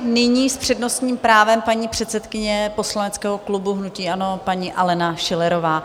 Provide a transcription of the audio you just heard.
Nyní s přednostním právem paní předsedkyně poslaneckého klubu hnutí ANO paní Alena Schillerová.